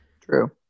true